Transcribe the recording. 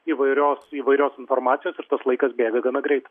įvairios įvairios informacijos ir tas laikas bėga gana greit